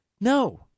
no